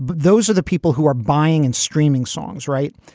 those are the people who are buying and streaming songs. right.